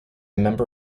member